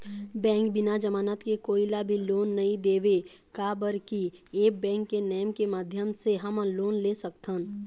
Bank बिना जमानत के कोई ला भी लोन नहीं देवे का बर की ऐप बैंक के नेम के माध्यम से हमन लोन ले सकथन?